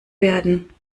werden